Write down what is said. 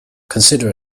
consider